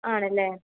ആണല്ലേ